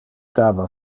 dava